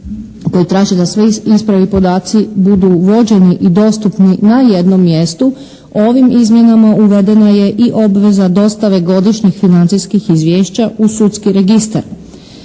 koji traže da sve isprave i podaci budu vođeni i dostupni na jednom mjestu ovim izmjenama uvedena je i obveza dostave godišnjih financijskih izvješća u sudski registar.